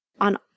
on